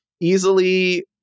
easily